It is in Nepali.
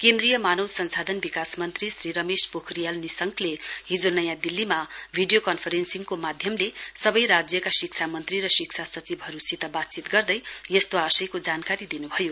केन्द्रीय मानव संसाधन विकास मन्त्री श्री रमेश पोखरियाल निशंकले हिजो नयाँ दिल्लीमा मिडिया कन्फरेन्सिङका माध्यमले सवै राज्यका शिक्षा मन्त्री र शिक्षा सचिवहरुसित वातचीत गर्दै यस्तो आशयको जानकारी दिनुभयो